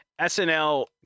SNL